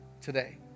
today